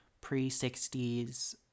pre-60s